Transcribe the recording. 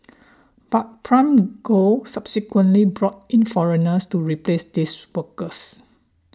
but Prime Gold subsequently brought in foreigners to replace these workers